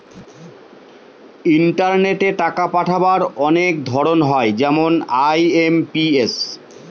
ইন্টারনেটে টাকা পাঠাবার অনেক ধরন হয় যেমন আই.এম.পি.এস